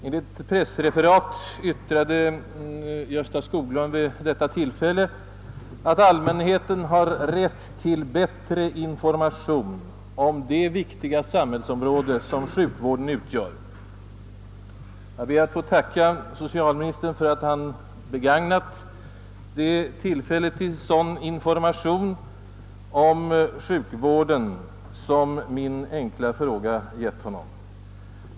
Enligt pressreferat yttrade herr Skoglund vid detta tillfälle, att allmänheten har rätt till bättre information om det viktiga samhällsområde som sjukvården utgör. Jag ber att få tacka socialministern för att han begagnat det tillfälle till sådan information om sjukvården, som min enkla fråga givit honom.